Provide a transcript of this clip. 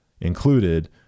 included